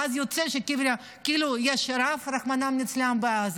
ואז יוצא שכאילו יש רעב, רחמנא ליצלן, בעזה.